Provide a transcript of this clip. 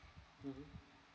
mmhmm